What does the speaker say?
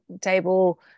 table